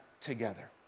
together